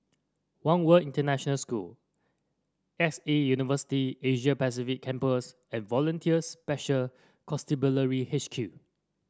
One World International School X A University Asia Pacific Campus and Volunteer Special Constabulary H Q